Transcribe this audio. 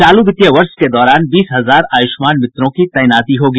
चालू वित्तीय वर्ष के दौरान बीस हजार आयुष्मान मित्रों की तैनाती होगी